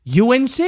UNC